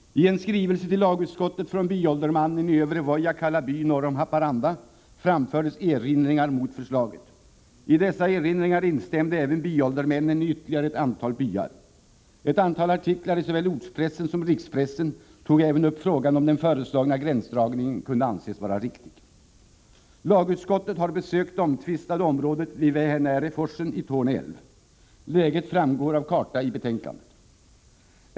I en skrivelse till lagutskottet från byåldermannen i Övre Vojakkala by norr om Haparanda framfördes erinringar mot förslaget. I dessa erinringar instämde även byåldermännen i ytterligare ett antal byar. Ett antal artiklar i såväl ortspressen som rikspressen tog även upp frågan om huruvida den föreslagna gränsdragningen kunde anses vara riktig. Lagutskottet har besökt det omtvistade området vid Vähänärä-forsen i Torne älv. Läget framgår av karta i betänkandet.